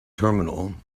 terminal